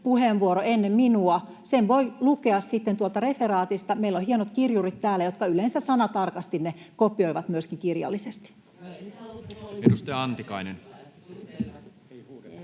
puheenvuoron ennen minua voi lukea sitten tuolta referaatista. Meillä on hienot kirjurit täällä, jotka yleensä sanatarkasti ne kopioivat myöskin kirjallisesti.